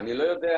אני לא יודע,